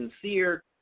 sincere